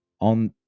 On